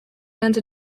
earned